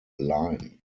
line